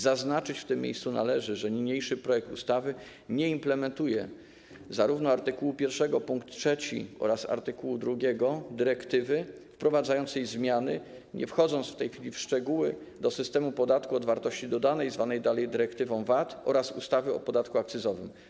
Zaznaczyć w tym miejscu należy, że niniejszy projekt ustawy nie implementuje art. 1 pkt 3 ani art. 2 dyrektywy wprowadzającej zmiany - nie wchodząc w tej chwili w szczegóły - do systemu podatku od wartości dodanej, zwanej dalej dyrektywą VAT, oraz ustawy o podatku akcyzowym.